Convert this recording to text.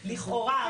לכאורה,